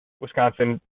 wisconsin